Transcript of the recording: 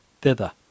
thither